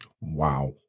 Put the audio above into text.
Wow